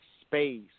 space